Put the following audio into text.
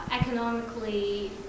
economically